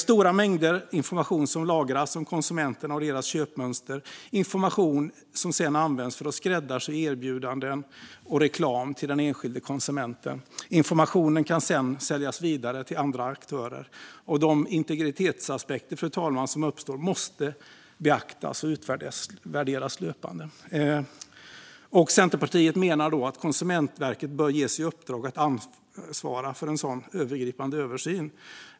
Stora mängder information lagras i dag om konsumenter och deras köpmönster, information som sedan används för att skräddarsy erbjudanden och reklam till den enskilde konsumenten. Informationen kan sedan säljas vidare till andra aktörer. Dessa integritetsaspekter måste beaktas och utvärderas löpande. Centerpartiet menar att Konsumentverket bör ges i uppdrag att ansvara för en sådan övergripande översyn.